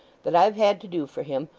that i've had to do for him,